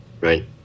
Right